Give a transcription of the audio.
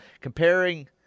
Comparing